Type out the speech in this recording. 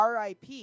RIP